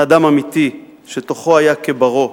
מאדם אמיתי, שתוכו היה כברו,